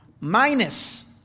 minus